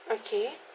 okay